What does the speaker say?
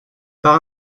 par